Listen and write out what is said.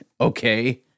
okay